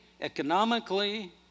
economically